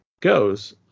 goes